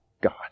God